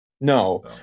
No